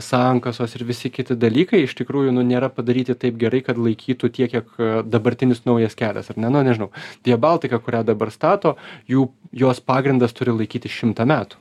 sankasos ir visi kiti dalykai iš tikrųjų nu nėra padaryti taip gerai kad laikytų tiek kiek dabartinis naujas kelias ar ne na nežinau via baltica kurią dabar stato jų jos pagrindas turi laikytis šimtą metų